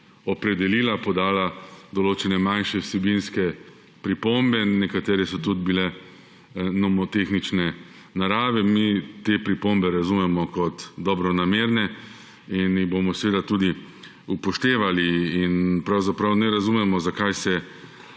opredelila, podala določene manjše vsebinske pripombe, nekatere so tudi bile nomotehnične narave. Mi te pripombe razumemo kot dobronamerne in jih bomo seveda tudi upoštevali. Pravzaprav ne razumemo, zakaj se